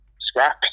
scraps